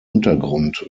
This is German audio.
untergrund